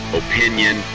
opinion